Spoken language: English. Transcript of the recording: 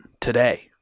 today